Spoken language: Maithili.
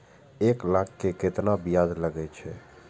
एक लाख के केतना ब्याज लगे छै?